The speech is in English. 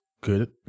good